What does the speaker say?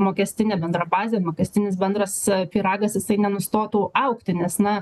mokestinė bendra bazė mokestinis bendras pyragas jisai nenustotų augti nes na